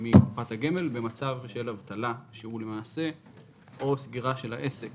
מקופת הגמל, במצב של אבטלה, או סגירה של העסק